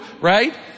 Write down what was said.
right